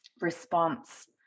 response